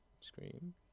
Scream